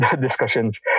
discussions